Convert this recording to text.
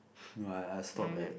no I I stop at